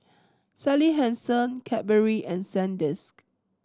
Sally Hansen Cadbury and Sandisk